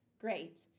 Great